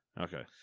Okay